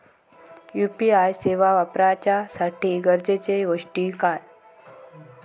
UPI सेवा वापराच्यासाठी गरजेचे गोष्टी काय?